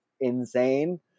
insane